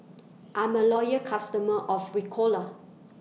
I'm A Loyal customer of Ricola